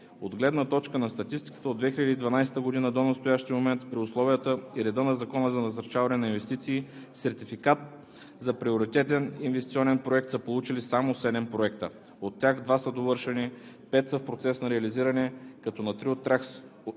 От гледна точка на статистиката от 2012 г. до настоящия момент при условията и реда на Закона за насърчаване на инвестиции сертификат за приоритетен инвестиционен проект са получили само седем проекта, от тях два са довършени, пет са в процес на реализиране, като на три от тях